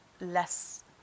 less